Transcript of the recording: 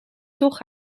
toch